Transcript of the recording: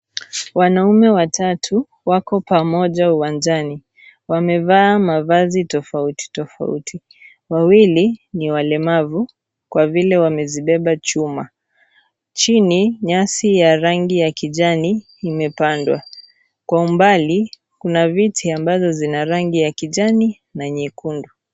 Wanaume watatu wako pamoja uwanjani wamevaa mavazi tofauti tofauti ,wawili ni walemavu kwa vile wamezibeba chuma , chini nyasi ya rangi ya kijani imepandwa. Kwa umbali kuna viti ambazo zina rangi ya kijani na nyekundu.